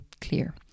clear